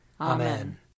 Amen